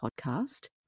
podcast